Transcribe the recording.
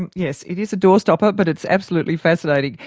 and yes, it is a doorstopper, but it's absolutely fascinating.